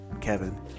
kevin